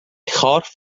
chorff